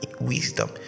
wisdom